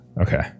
Okay